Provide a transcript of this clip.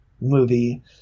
movie